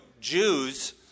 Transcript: Jews